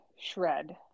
shred